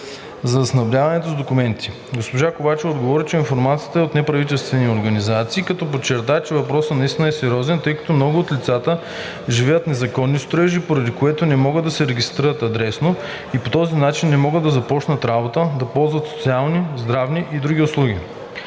за снабдяването с документи. Госпожа Ковачева отговори, че информацията е от неправителствени организации, като подчерта, че въпросът наистина е сериозен, тъй като много от лицата живеят в незаконни строежи, поради което не могат да се регистрират адресно и по този начин не могат да започнат работа, да ползват социални, здравни и други услуги.